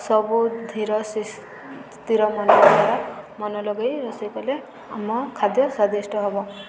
ସବୁ ଧୀର ସ୍ଥିର ମନ ଦ୍ୱାରା ମନ ଲଗେଇ ରୋଷେଇ କଲେ ଆମ ଖାଦ୍ୟ ସ୍ଵାଦିଷ୍ଟ ହେବ